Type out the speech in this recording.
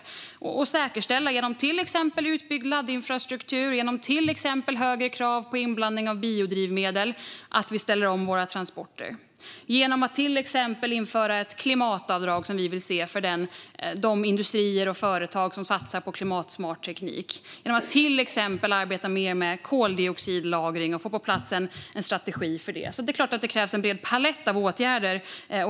Vi måste säkerställa detta genom till exempel utbyggd laddinfrastruktur, högre krav på inblandning av biodrivmedel så att vi ställer om våra transporter, att införa ett klimatavdrag för de industrier och företag som satsar på klimatsmart teknik eller arbeta för att få på plats en strategi för mer koldioxidlagring. Det är klart att det krävs en bred palett av åtgärder.